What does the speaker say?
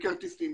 וכרטיסים.